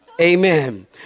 Amen